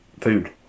food